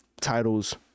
titles